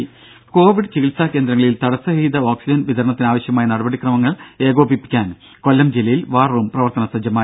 ദ്ദേ കോവിഡ് ചികിത്സാ കേന്ദ്രങ്ങളിൽ തടസരഹിത ഓക്സിജൻ വിതരണത്തിനാവശ്യമായ നടപടി ക്രമങ്ങൾ ഏകോപിപ്പിക്കാൻ കൊല്ലം ജില്ലയിൽ വാർ റൂം പ്രവർത്തന സജ്ജമായി